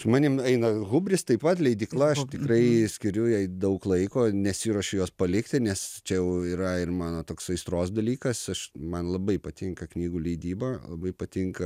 su manim eina hubris taip pat leidykla aš tikrai skiriu jai daug laiko nesiruošiu jos palikti nes čia jau yra ir mano toks aistros dalykas aš man labai patinka knygų leidyba labai patinka